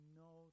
no